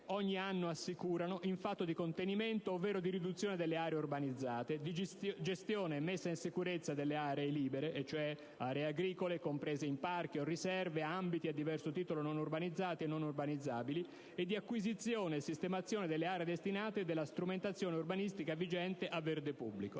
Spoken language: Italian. ogni anno assicurano in fatto di contenimento ovvero di riduzione delle aree urbanizzate, di gestione e messa in sicurezza delle aree libere (aree agricole, zone comprese in parchi e/o riserve, ambiti a diverso titolo non urbanizzati e non urbanizzabili) e di acquisizione e sistemazione delle aree destinate dalla strumentazione urbanistica vigente a verde pubblico.